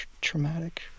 traumatic